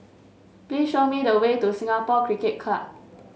please show me the way to Singapore Cricket Club